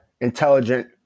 Intelligent